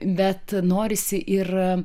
bet norisi ir